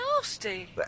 nasty